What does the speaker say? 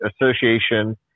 Association